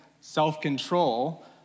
self-control